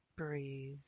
Breathe